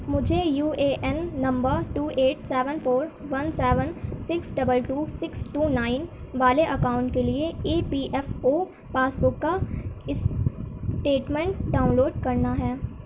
مجھے U A N number two eight seven four one seven six double two six two nine والے account کے لیے E P F O pass book کا statement download کرنا ہے